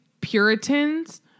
Puritans